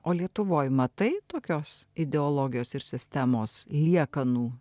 o lietuvoj matai tokios ideologijos ir sistemos liekanų